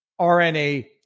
RNA